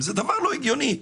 זה דבר לא הגיוני.